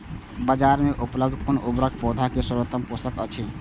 बाजार में उपलब्ध कुन उर्वरक पौधा के सर्वोत्तम पोषक अछि?